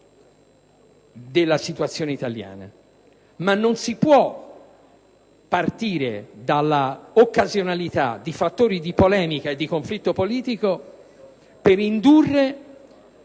della situazione italiana, ma non si può partire dalla occasionalità di fattori di polemica e di conflitto politico per indurre